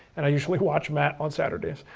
and i usually watch matt on saturdays,